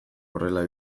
horrela